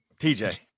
TJ